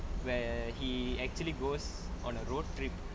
where he actually goes on a road trip